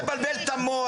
אתה אל תבלבל את המוח.